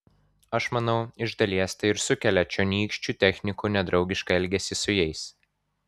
aš manau iš dalies tai ir sukelia čionykščių technikų nedraugišką elgesį su jais